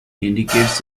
indicates